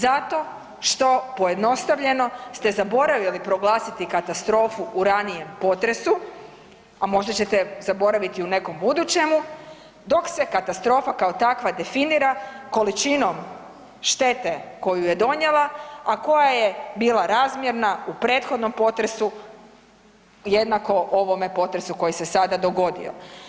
Zato što, pojedinostavljeno ste zaboravili proglasiti katastrofu u ranijem potresu, a možda ćete je zaboraviti u nekom budućemu, dok se katastrofa, kao takva definira količinom štete koju je donijela, a koja je bila razmjerna u prethodnom potresu jednako ovome potresu koji se sada dogodio.